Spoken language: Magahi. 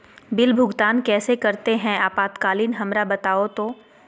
बिल भुगतान कैसे करते हैं आपातकालीन हमरा बताओ तो?